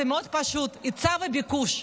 זה מאוד פשוט: היצע וביקוש.